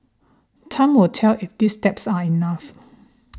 time will tell if these steps are enough